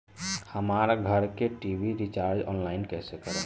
हमार घर के टी.वी रीचार्ज ऑनलाइन कैसे करेम?